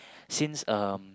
since um